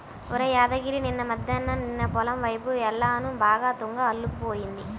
ఒరేయ్ యాదగిరి నిన్న మద్దేన్నం నీ పొలం వైపు యెల్లాను బాగా తుంగ అల్లుకుపోయింది